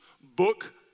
Book